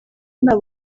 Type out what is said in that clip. nta